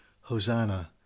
Hosanna